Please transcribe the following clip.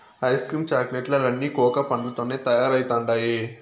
ice cream chocolate లన్నీ కోకా పండ్లతోనే తయారైతండాయి